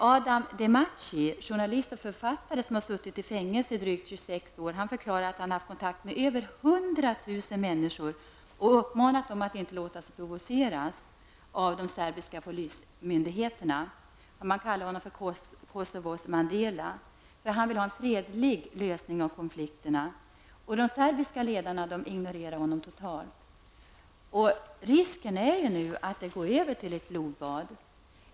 Adam Demaci, journalist och författare som har suttit i fängelse i drygt 26 år, förklarade att han hade haft kontakt med över 100 000 människor och uppmanat dem att inte låta sig provoceras av de serbiska polismyndigheterna. Man kallar honom för Kosovos Mandela. Han vill ha en fredlig lösning av konflikterna, men de serbiska ledarna ignorerar honom totalt. Risken är att det utbryter blodbad.